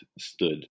stood